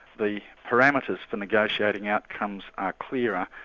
the parameters for negotiating outcomes are clearer,